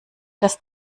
das